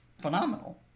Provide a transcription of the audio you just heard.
Phenomenal